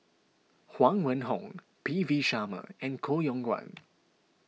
Huang Wenhong P V Sharma and Koh Yong Guan